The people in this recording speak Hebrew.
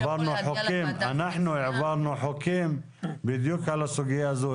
אנחנו העברנו חוקים בדיוק על הסוגיה הזאת.